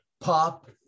pop